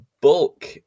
Bulk